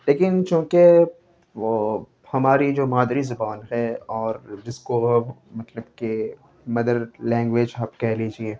لیکن چوں کہ وہ ہماری جو مادری زبان ہے اور جس کو اب مطلب کہ مدر لینگویج ہب کہہ لیجیے